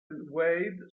wade